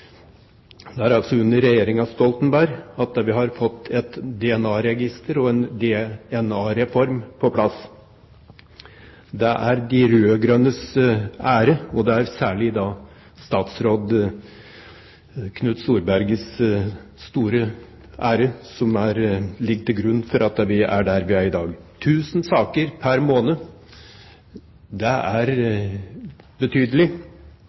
Det er altså under regjeringen Stoltenberg vi har fått et DNA-registser og en DNA-reform på plass. Det er til de rød-grønnes ære, og da særlig til statsråd Knut Storbergets store ære, at vi er der vi er, i dag. 1 000 saker pr. måned er betydelig, og det bidrar selvfølgelig til mer trygghet i dette landet. Det er